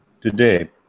today